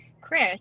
chris